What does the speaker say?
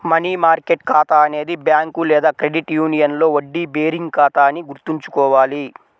money market ఖాతా అనేది bank లేదా క్రెడిట్ యూనియన్లో వడ్డీ బేరింగ్ ఖాతా అని గుర్తుంచుకోవాలి